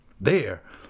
There